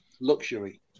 Luxury